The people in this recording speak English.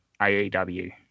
AEW